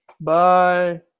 Bye